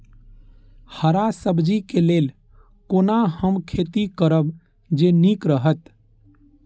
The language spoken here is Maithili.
हरा सब्जी के लेल कोना हम खेती करब जे नीक रहैत?